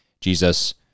Jesus